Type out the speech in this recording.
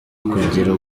ukugira